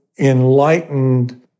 enlightened